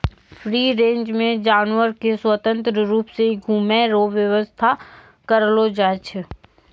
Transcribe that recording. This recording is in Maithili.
फ्री रेंज मे जानवर के स्वतंत्र रुप से घुमै रो व्याबस्था करलो जाय छै